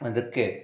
ಅದಕ್ಕೆ